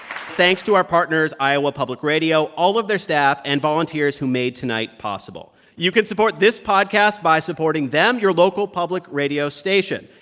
thanks to our partners, iowa public radio, all of their staff and volunteers who made tonight possible. you can support this podcast by supporting them, your local public radio station.